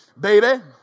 baby